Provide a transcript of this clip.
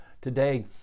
Today